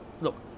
Look